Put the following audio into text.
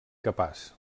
capaç